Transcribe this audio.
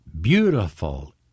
beautiful